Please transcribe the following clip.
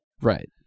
Right